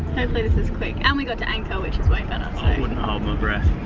hopefully this is quick. and we got to anchor which is way better. i wouldn't hold my breath.